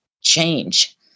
change